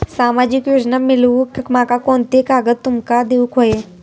सामाजिक योजना मिलवूक माका कोनते कागद तुमका देऊक व्हये?